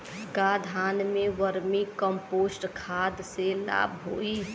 का धान में वर्मी कंपोस्ट खाद से लाभ होई?